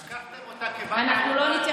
לקחתם אותה כבת ערובה בגלל נקמה